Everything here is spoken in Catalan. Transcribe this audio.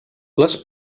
les